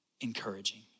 encouraging